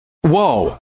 Whoa